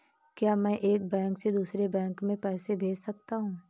क्या मैं एक बैंक से दूसरे बैंक में पैसे भेज सकता हूँ?